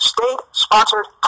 State-sponsored